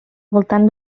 voltant